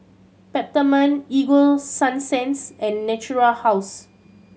Peptamen Ego Sunsense and Natura House